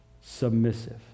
submissive